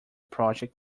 project